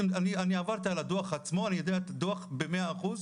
אני עברתי על הדו"ח עצמו ואני מכיר את הדו"ח ב-100%,